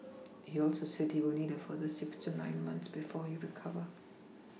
he also said he will need a further six to nine months before he recover